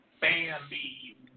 Bambi